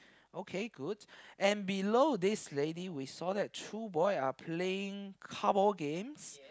okay good and below this lady we saw that two boy are playing cardboard games